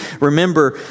remember